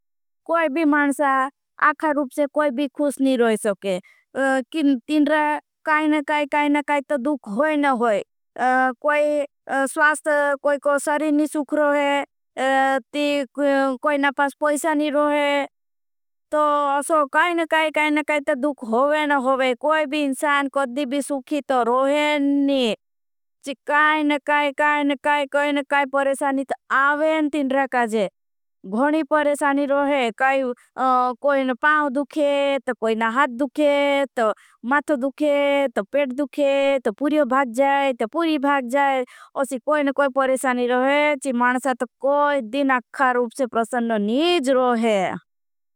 कोई बी मानसा आखा रूप से कोई बी खुश नी रोय सोके। किन तीनरा काई न काई काई न काई ता दुख होय न होई। कोई स्वास्त कोई को सरी नी सुख रोहे। कोई नापास पैसा नी रोहे तो असो काई न काई काई न काई। ता दुख होवे न होवे कोई बी इंसान कद बी सुखी ता रोहे नी। कि काई न काई काई काई काई परेशानी ता आवे न तीनरा। काजे गोणी परेशानी रोहे कोई न पाउ दुखे ता कोई न हाथ। दुखे ता माथ दुखे ता पेट दुखे ता पुर्यो भाग जाए ता पुरी। भाग जाए असी कोई न कोई परेशानी रोहे। कि मानसा ता। कोई दिन अक्खा रूप से प्रसन न नीज रोहे।